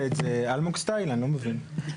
לא,